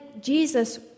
Jesus